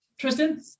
Tristan